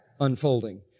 unfolding